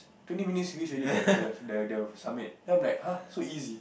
twenty minutes reach already the the the summit then I'm like [huh] so easy